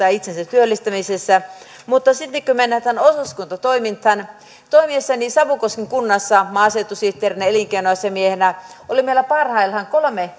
ja itsensä työllistämisessä mutta sitten kun mennään tähän osuuskuntatoimintaan toimiessani savukosken kunnassa maaseutusihteerinä elinkeinoasiamiehenä oli meillä parhaillaan kolme